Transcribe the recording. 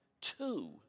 Two